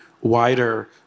wider